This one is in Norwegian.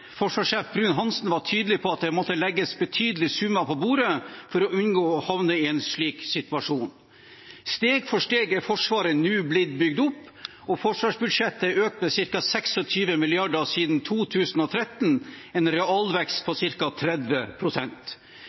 forsvarssjef Bruun-Hanssen var tydelig på at det måtte legges betydelige summer på bordet for å unngå å havne i en slik situasjon. Steg for steg er Forsvaret nå bygd opp, og forsvarsbudsjettet er økt med ca. 26 mrd. kr siden 2013 – en realvekst på